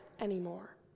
anymore